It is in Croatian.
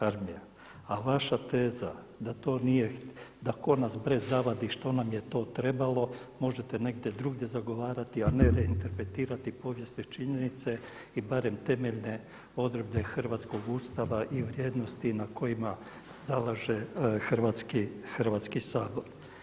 A vaša teza da to nije da ko nas bre zavadi što nam je to trebalo možete negdje drugdje zagovarati, a ne reinterpretirati povijesne činjenice i barem temeljne odredbe hrvatskog Ustava i vrijednosti na kojima se zalaže Hrvatski sabor.